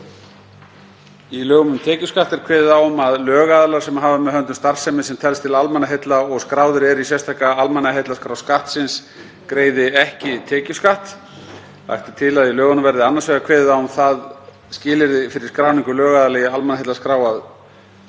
Í lögum um tekjuskatt er kveðið á um að lögaðilar sem hafa með höndum starfsemi sem telst til almannaheilla og skráðir eru í sérstaka almannaheillaskrá Skattsins greiði ekki tekjuskatt. Lagt er til að í lögunum verði annars vegar kveðið á um það skilyrði fyrir skráningu lögaðila í almannaheillaskrá